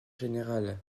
général